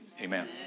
Amen